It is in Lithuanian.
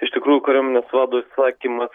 iš tikrųjų kariuomenės vado įsakymas